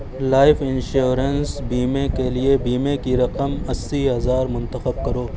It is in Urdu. لائف انشورنس بیمے کے لیے بیمے کی رقم اسی ہزار منتخب کرو